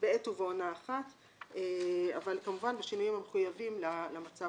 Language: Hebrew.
שבעה ימים נוספים, בנוסף